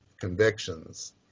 convictions